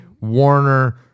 Warner